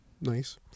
Nice